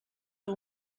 que